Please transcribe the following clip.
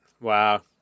Wow